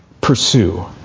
Pursue